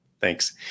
Thanks